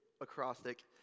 acrostic